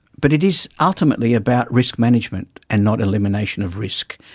but it is ultimately about risk management and not elimination of risk.